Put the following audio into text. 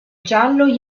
giallo